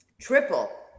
triple